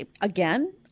again